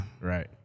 Right